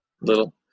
little